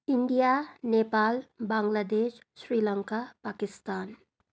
India Nepal Bangladesh Sri Lanka Pakistan